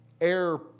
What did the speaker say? air